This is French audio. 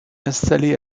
installé